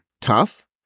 tough